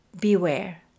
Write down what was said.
beware